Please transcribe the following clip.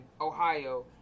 ohio